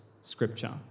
Scripture